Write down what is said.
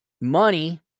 money